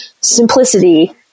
simplicity